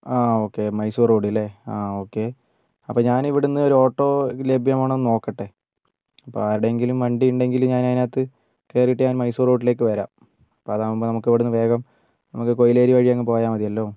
ആ okay Mysore road ഇല്ലേ ആ ഓക്കേ അപ്പോൾ ഞാനിവിടെനിന്ന് ഒരു ഓട്ടോ ലഭ്യമാണോയെന്ന് നോക്കട്ടെ ഇപ്പോൾ ആരുടെയെങ്കിലും വണ്ടി ഉണ്ടെങ്കിൽ ഞാൻ അതിനകത്ത് കയറിയിട്ട് ഞാൻ മൈസൂർ റോഡിലേക്ക് വരാം അപ്പോൾ അതാകുമ്പോൾ നമുക്ക് ഇവിടെനിന്ന് വേഗം നമുക്ക് കൊയിലേരി വഴി അങ്ങ് പോയാൽ മതിയല്ലോ